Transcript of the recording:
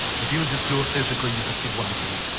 if you would just do it physically, you could feel what i'm saying.